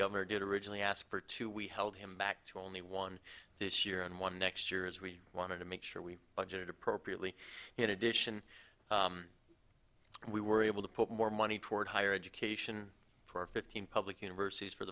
governor did originally ask for two we held him back to only one this year and one next year as we wanted to make sure we budgeted appropriately in addition we were able to put more money toward higher education for our fifteen public universities for